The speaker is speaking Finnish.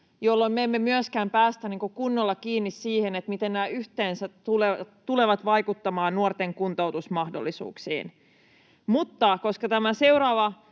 jolloin me emme myöskään pääse kunnolla kiinni siihen, miten nämä yhteensä tulevat vaikuttamaan nuorten kuntoutusmahdollisuuksiin. Mutta koska tämä seuraava